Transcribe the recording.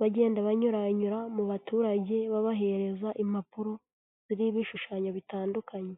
bagenda banyurayura mu baturage, babahereza impapuro ziriho ibishushanyo bitandukanye.